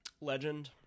legend